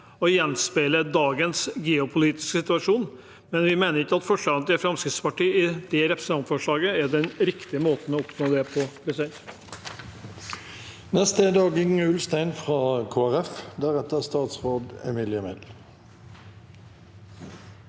og gjenspeile dagens geopolitiske situasjon. Vi mener at forslagene til Fremskrittspartiet i dette repre sentantforslaget ikke er den riktige måten å oppnå det på.